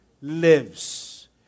lives